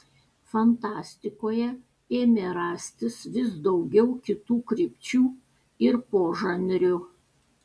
fantastikoje ėmė rastis vis daugiau kitų krypčių ir požanrių